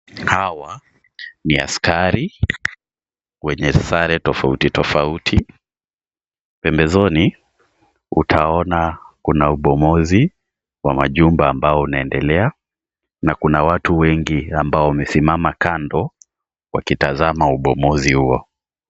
Hawa ni askari kwenye sare tofauti tofauti, pembezoni utaona kuna ubomozi wa majumba ambao unaendelea na kuna watu wengi amabo wamesimama kando wakitazama ubomozi huo.